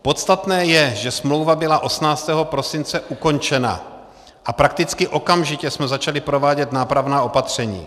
Podstatné je, že smlouva byla 18. prosince ukončena a prakticky okamžitě jsme začali provádět nápravná opatření.